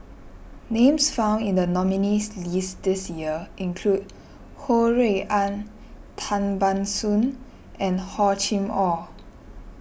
names found in the nominees' list this year include Ho Rui An Tan Ban Soon and Hor Chim or